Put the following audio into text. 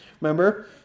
Remember